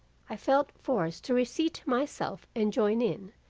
i felt forced to reseat myself and join in,